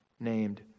named